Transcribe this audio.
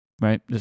right